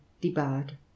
debarred